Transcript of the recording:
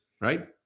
right